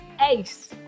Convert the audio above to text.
ace